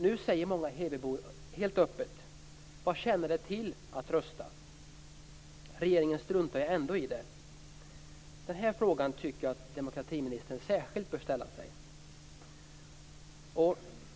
Nu säger många hebybor helt öppet: Vad tjänar det till att rösta? Regeringen struntar ändå i det. Den frågan tycker jag att demokratiministern särskilt bör ställa sig.